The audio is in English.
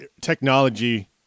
Technology